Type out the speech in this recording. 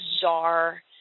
bizarre